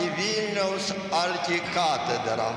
į vilniaus arkikatedrą